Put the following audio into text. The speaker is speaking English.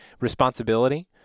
responsibility